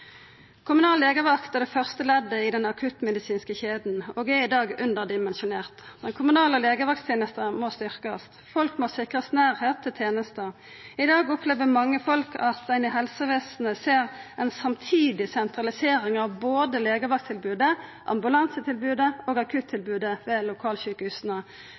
Kommunal legevakt er det første leddet i den akuttmedisinske kjeda og er i dag underdimensjonert. Den kommunale legevakttenesta må styrkjast. Folk må sikrast nærleik til tenesta. I dag opplever mange at det i helsevesenet skjer ei samtidig sentralisering av både legevakttilbodet, ambulansetilbodet og akuttilbodet ved lokalsjukehusa.